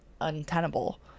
untenable